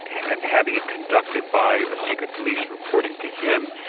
and having it conducted by secret police reporting to him,